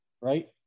right